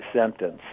sentence